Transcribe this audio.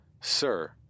Sir